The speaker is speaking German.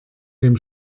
dem